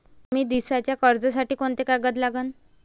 कमी दिसाच्या कर्जासाठी कोंते कागद लागन?